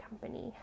company